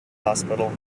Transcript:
hospital